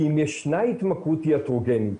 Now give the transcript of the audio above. כי אם ישנה התמכרות טיאטרוגנית,